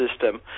system